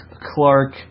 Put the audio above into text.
Clark